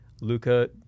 Luca